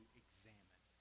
examine